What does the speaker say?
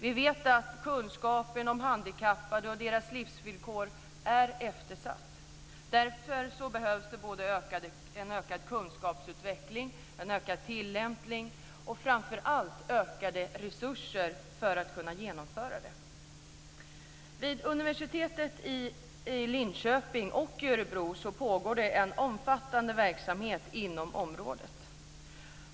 Vi vet att kunskapen om handikappade och deras livsvillkor är eftersatt. Därför behövs både ökad kunskapsutveckling och ökad tillämpning och framför allt ökade resurser för att kunna genomföra det. Vid universiteten i Linköping och Örebro pågår det en omfattande verksamhet inom området.